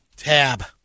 tab